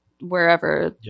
wherever